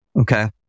okay